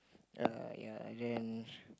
ya ya and then